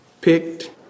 picked